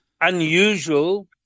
unusual